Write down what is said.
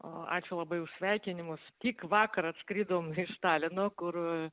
ačiū labai už sveikinimus tik vakar atskridom iš talino kur